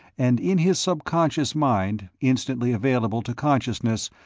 and in his subconscious mind, instantly available to consciousness,